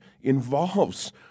involves